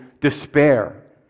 despair